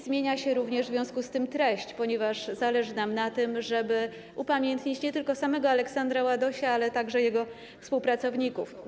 Zmienia się również w związku z tym treść, ponieważ zależy nam na tym, żeby upamiętnić nie tylko samego Aleksandra Ładosia, ale także jego współpracowników.